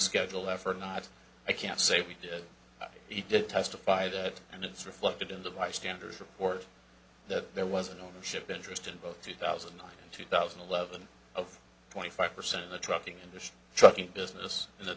schedule effort or not i can't say we did he did testify that and it's reflected in the bystanders report that there was an ownership interest in both two thousand and nine two thousand and eleven of twenty five percent of the trucking industry trucking business and th